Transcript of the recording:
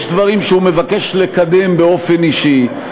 יש דברים שהוא מבקש לקדם באופן אישי,